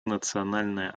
национальная